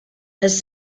has